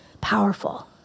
Powerful